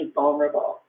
vulnerable